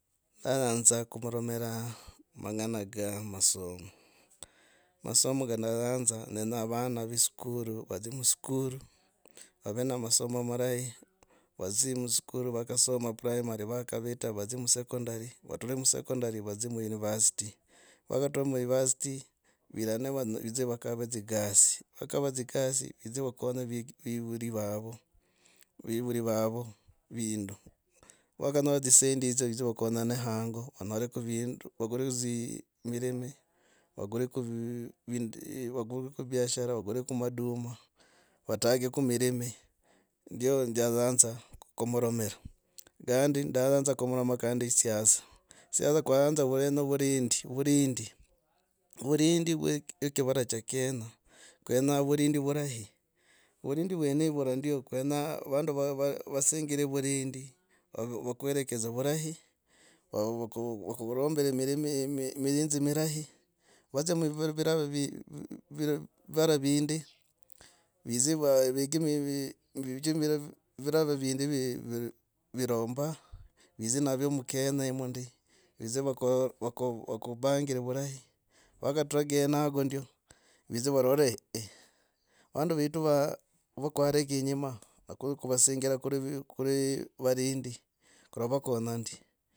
Nayanzo kumoromira mangana na masoma. Masomo gana yanza nende vana ve iskulu. vadzie muskulu vave na masomo marahi. vadzi muskulu nivakasoma primary. Vakovita vadzie mu secondary. vature musecondary vadzie mu university. vakatura university viirane vidze vakave dzi gasi, vakava dzi gasi vidzi vakonye viki. vivuli vavo vindu. vakanyola dzisendi hidzo. vidze vakonyane hango, vanyoroka vindu vakuli dzii mirimi vakuleko vindi biashara vakuleko maduma, vatage kumilimi ndio ndayanza kuromira kandi ndayanza kuromira kandi siasa. siasa kwayanza volenya vulindi. vulindi. vulindi. vulindi vwe kivara cha kenya kwenyaa vurindi vurahi vurindi vwenevo na ndio vandu uasingira vurindi vakuherekeze vurahi, vakurombire mihinzi mirahi. vadzia vivara vindi vidze veke vivara vindi viromba vidzi navyo mukenya homu ndi vidzo ve vokubangire vurahi vakatura kukenaga ndio. vidze varore eeh, vandu vetu vwo, vwakurega inyuma kurasingira kuri varindi kuravakonya ndi